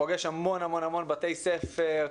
לפגוש בתי ספר,